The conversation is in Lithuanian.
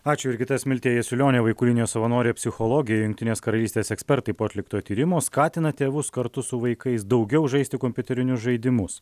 ačiū jurgita smiltė jasiulionienė vaikų linijos savanorė psichologė jungtinės karalystės ekspertai po atlikto tyrimo skatina tėvus kartu su vaikais daugiau žaisti kompiuterinius žaidimus